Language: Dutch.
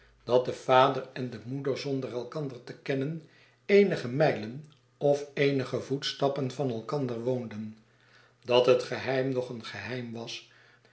dat de vader en de moeder zonder elkander te kennen eenige mijlen of eenige voetstappen van elkander woonden dat het geheim nog een geheim was